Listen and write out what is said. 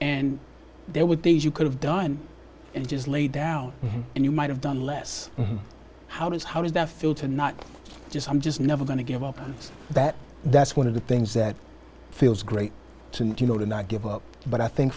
and there were days you could have done and just lay down and you might have done less how does how does that feel to not just i'm just never going to give up and that that's one of the things that feels great to you know to not give up but i think